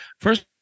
first